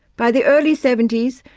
by the early seventy s,